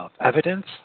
evidence